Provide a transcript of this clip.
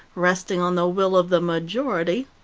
resting on the will of the majority,